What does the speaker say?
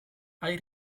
hay